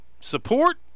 support